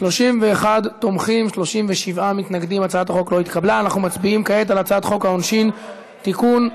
להעביר לוועדה את הצעת חוק העונשין (תיקון,